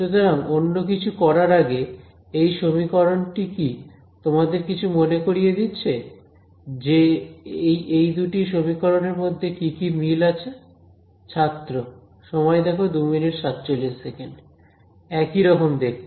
সুতরাং অন্য কিছু করার আগে এই সমীকরণটি কি তোমাদের কিছু মনে করিয়ে দিচ্ছে যে এই দুটি সমীকরণের মধ্যে কি কি মিল আছে ছাত্র একই রকম দেখতে